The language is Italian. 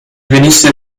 venisse